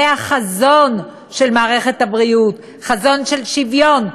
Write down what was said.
זה החזון של מערכת הבריאות: חזון של שוויון,